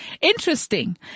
Interesting